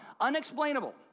Unexplainable